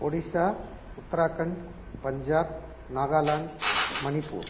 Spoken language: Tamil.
ஒடிசா உத்திராக்கண்ட் பஞ்சாப் நாகலாண்ட் மணிப்பூர்